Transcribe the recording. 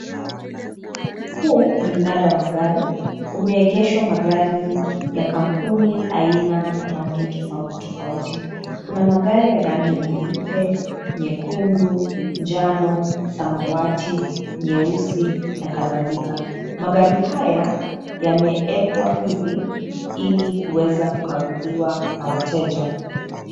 Huu, ni mnada wa magari, kumeegeshwa magari, ya kampuni, aina na rangi tofauti tofauti, kuna magari ya rangi nyeupe, nyekundu, njano, samawati, nyeusi na kadhalika, magari haya, yameekwa hivi, ilikuweza kukaguliwa na wateja.